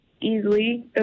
easily